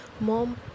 Mom